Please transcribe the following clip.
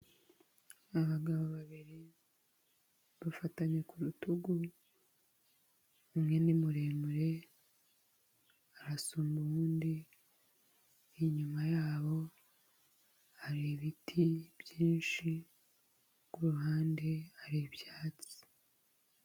Abagabo babiri bafatanye ku rutugu, umwe ni muremure arasumba undi, n'inyuma yabo hari ibiti byinshi, ku ruhande hari ibyatsi.